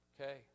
Okay